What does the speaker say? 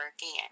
again